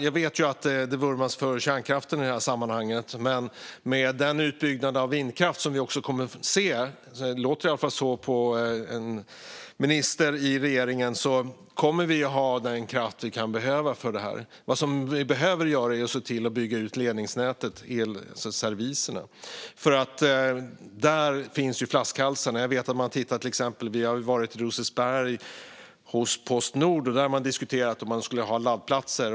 Jag vet att det vurmas för kärnkraften i det här sammanhanget, men med den utbyggnad av vindkraft som kommer att ske - det låter i alla fall så på en minister i regeringen - kommer vi att ha den kraft vi behöver. Vad vi behöver göra är att se till att bygga ut ledningsnätet och elserviserna. Där finns flaskhalsarna. Vi har till exempel varit hos Postnord i Rosersberg, och där har man diskuterat att ha laddplatser.